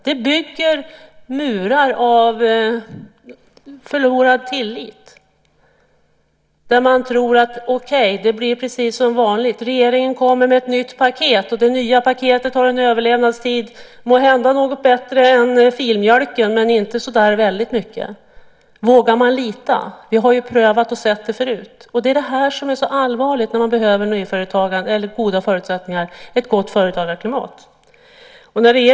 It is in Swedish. Det bygger murar av förlorad tillit där man tror att det blir precis som vanligt, att regeringen kommer med ett nytt paket och att det nya paketet har en överlevnadstid som måhända är något längre än filmjölken, men inte så väldigt mycket. Vågar man lita på detta? Man har ju prövat och sett det förut. Det är detta som är så allvarligt när man behöver goda förutsättningar för ett gott företagarklimat.